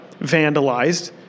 vandalized